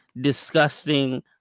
disgusting